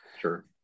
Sure